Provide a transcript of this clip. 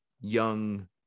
young